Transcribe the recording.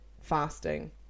fasting